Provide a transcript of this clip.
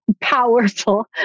powerful